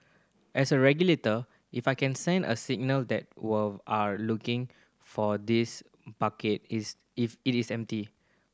as a regulator if I can send a signal that we've are looking for this bucket is if it is empty